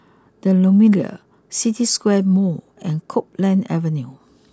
the Lumiere City Square Mall and Copeland Avenue